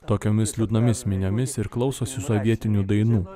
tokiomis liūdnomis miniomis ir klausosi sovietinių dainų